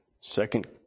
Second